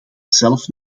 zelf